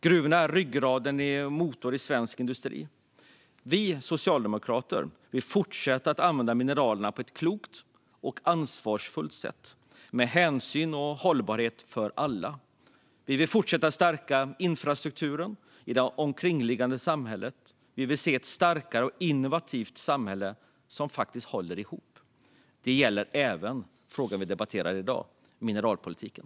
Gruvorna är ryggraden och motorn i svensk industri. Vi socialdemokrater vill fortsätta använda mineralerna på ett klokt och ansvarsfullt sätt, med hänsyn och hållbarhet för alla. Vi vill fortsätta stärka infrastrukturen i det omkringliggande samhället. Vi vill se ett starkt och innovativt samhälle som håller ihop. Det gäller även den fråga vi debatterar i dag, det vill säga mineralpolitiken.